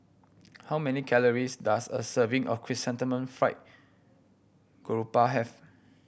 how many calories does a serving of Chrysanthemum Fried Garoupa have